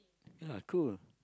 ya cool